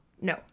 no